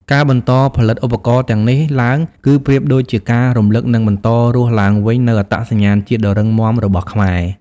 ការបន្តផលិតឧបករណ៍ទាំងនេះឡើង គឺប្រៀបដូចជាការរំលឹក និងបន្តរស់ឡើងវិញនូវអត្តសញ្ញាណជាតិដ៏រឹងមាំរបស់ខ្មែរ។